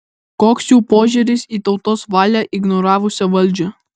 koks jų požiūris į tautos valią ignoravusią valdžią